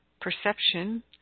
perception